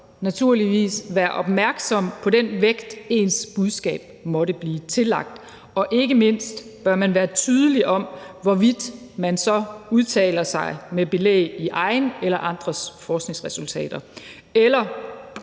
naturligvis være opmærksom på den vægt, ens budskab måtte blive tillagt, og ikke mindst bør man være tydelig om, hvorvidt man så udtaler sig med belæg i egne eller andres forskningsresultater, eller